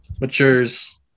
matures